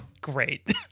great